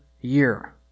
year